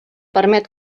permet